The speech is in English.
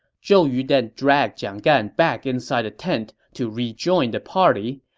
zhou yu then dragged jiang gan back inside the tent to rejoin the party.